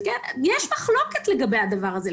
כך שיש מחלוקת מאוד גדולה לגבי הדבר הזה,